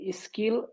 skill